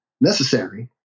necessary